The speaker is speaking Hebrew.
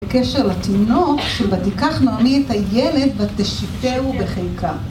בקשר לתינוק, ותקח נעמי את הילד ותשתהו בחיקה.